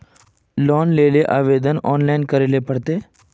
Loan लेले आवेदन online करे ले पड़ते?